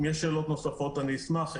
אם יש שאלות נוספות, אשמח לענות.